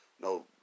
no